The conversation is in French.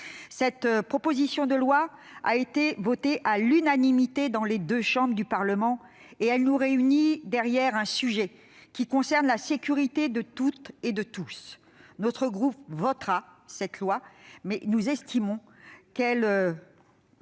Cette proposition de loi a été votée à l'unanimité dans les deux chambres du Parlement. Elle nous réunit sur un sujet qui concerne la sécurité de toutes et de tous. Notre groupe votera cette loi, mais nous estimons qu'elle